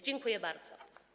Dziękuję bardzo.